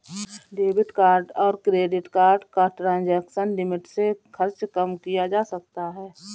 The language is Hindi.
डेबिट कार्ड और क्रेडिट कार्ड का ट्रांज़ैक्शन लिमिट से खर्च कम किया जा सकता है